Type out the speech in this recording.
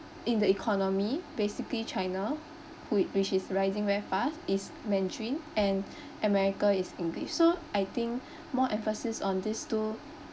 in the economy basically china who it which is rising very fast is mandarin and america is english so I think more emphasis on these two